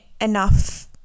enough